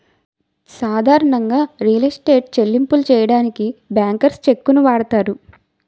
సాధారణంగా real estate చెల్లింపులు సెయ్యడానికి బ్యాంకర్స్ చెక్కుని వాడతారు